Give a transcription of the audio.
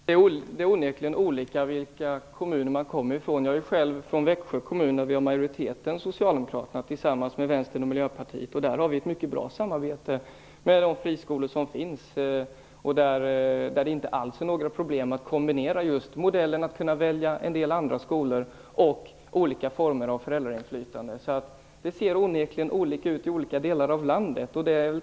Fru talman! Det är onekligen olika, beroende på vilken kommun man kommer ifrån. Jag kommer själv från Växjö kommun, där Socialdemokraterna är i majoritet tillsammans med Vänsterpartiet och Miljöpartiet. Där finns ett mycket bra samarbete med de friskolor som finns. Det är inte alls några problem att kombinera modellen att kunna välja en del andra skolor med olika former av föräldrainflytande. Tack och lov ser det onekligen olika ut i olika delar av landet.